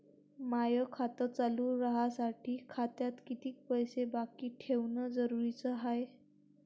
माय खातं चालू राहासाठी खात्यात कितीक पैसे बाकी ठेवणं जरुरीच हाय?